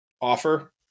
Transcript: offer